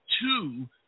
two